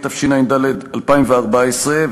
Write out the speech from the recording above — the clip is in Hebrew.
התשע"ד 2014,